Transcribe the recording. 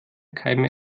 keime